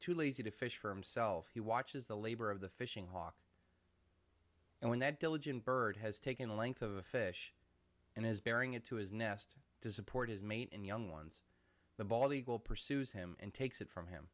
too lazy to fish for himself he watches the labor of the fishing hawk and when that diligent bird has taken the length of the fish and is bearing it to his nest to support his mate and young ones the bald eagle pursues him and takes it from him